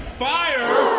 fire?